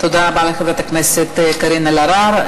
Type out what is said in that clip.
תודה רבה לחברת הכנסת קארין אלהרר.